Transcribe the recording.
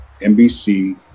NBC